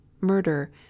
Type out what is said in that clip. murder